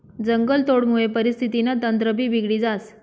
जंगलतोडमुये परिस्थितीनं तंत्रभी बिगडी जास